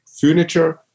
furniture